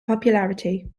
popularity